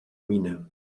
miene